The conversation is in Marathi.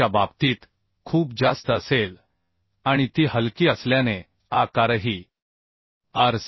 च्या बाबतीत खूप जास्त असेल आणि ती हलकी असल्याने आकारही आर